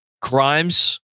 Crimes